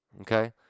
Okay